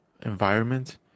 environment